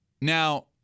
Now